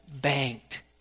banked